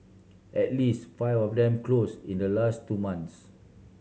at least five of them close in the last two months